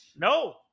No